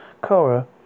Cora